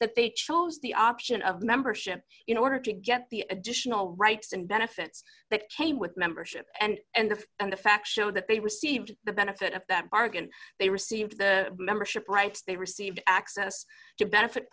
that they chose the option of membership in order to get the additional rights and benefits that came with membership and and the and the fact that they received the benefit of that bargain they received membership rights they received access to benefit